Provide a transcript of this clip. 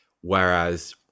Whereas